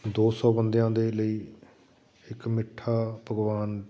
ਦੋ ਸੌ ਬੰਦਿਆਂ ਦੇ ਲਈ ਇੱਕ ਮਿੱਠਾ ਪਕਵਾਨ